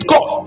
God